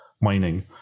mining